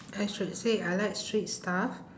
I should say I like sweet stuff